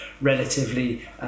relatively